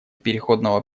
переходного